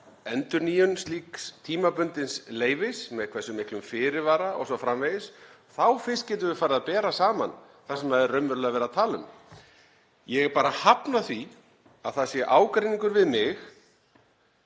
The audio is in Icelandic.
endurnýjun slíks tímabundins leyfis, með hversu miklum fyrirvara o.s.frv. Þá fyrst getum við farið að bera saman það sem er raunverulega verið að tala um. Ég hafna því að það sé ágreiningur við mig